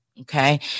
okay